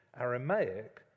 Aramaic